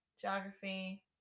geography